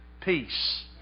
peace